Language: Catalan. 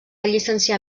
llicenciar